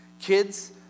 Kids